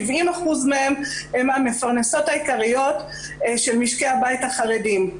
70% מהן הן המפרנסות העיקריות של משקי הבית החרדים,